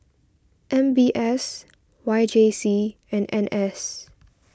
M B S Y J C and N S